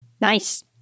Nice